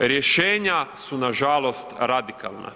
Rješenja su nažalost radikalna.